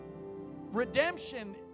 redemption